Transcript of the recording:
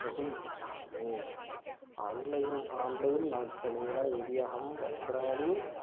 बहु इच्छामि online online माध्यमेन यदि अहं वस्त्राणि